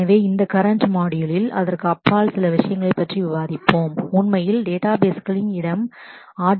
எனவே இந்த கரண்ட் மாட்யூலில் அதற்கு அப்பால் சில விஷயங்களைப் பற்றி விவாதிப்பேன் உண்மையில் டேட்டாபேஸ்களின் இடம் ஆர்